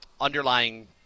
underlying